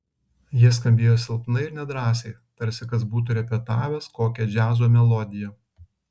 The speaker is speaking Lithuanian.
jie skambėjo silpnai ir nedrąsiai tarsi kas būtų repetavęs kokią džiazo melodiją